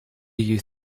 you